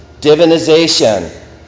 Divinization